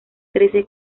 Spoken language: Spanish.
trece